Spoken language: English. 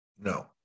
No